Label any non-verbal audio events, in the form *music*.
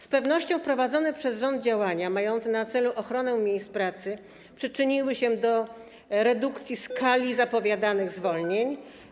Z pewnością prowadzone przez rząd działania mające na celu ochronę miejsc pracy przyczyniły się do redukcji *noise* skali zapowiadanych zwolnień.